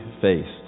faced